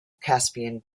caspian